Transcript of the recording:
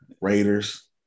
Raiders